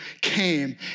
came